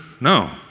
No